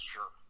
Sure